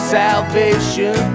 salvation